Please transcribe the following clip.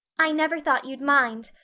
i never thought you'd mind.